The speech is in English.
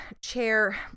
chair